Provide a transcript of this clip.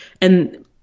And-